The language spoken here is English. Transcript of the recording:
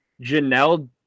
Janelle